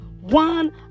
one